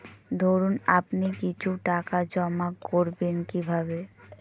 ধরুন আপনি কিছু টাকা জমা করবেন কিভাবে?